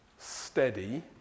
steady